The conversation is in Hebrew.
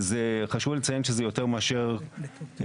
זה חשוב לציין שזה יותר מאשר מלחמות,